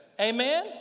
Amen